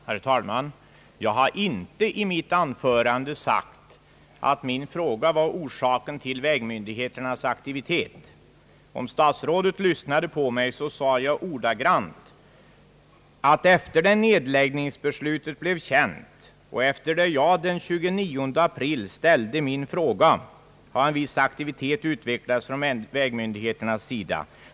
Herr talman! Jag har inte i mitt anförande sagt, att min fråga var orsaken till vägmyndigheternas aktivitet. Jag sade ordagrant, att efter det nedläggningsbeslutet blev känt och efter det jag den 29 april ställde min fråga har en viss aktivitet utvecklats från vägmyndigheternas sida.